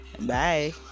Bye